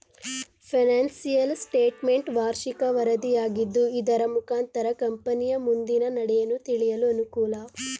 financial statement ವಾರ್ಷಿಕ ವರದಿಯಾಗಿದ್ದು ಇದರ ಮುಖಾಂತರ ಕಂಪನಿಯ ಮುಂದಿನ ನಡೆಯನ್ನು ತಿಳಿಯಲು ಅನುಕೂಲ